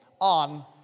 On